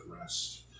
rest